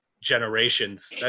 generations